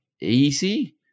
easy